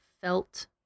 felt